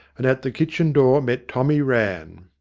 and at the kitchen door met tommy rann.